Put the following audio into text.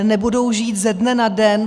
Nebudou žít ze dne na den.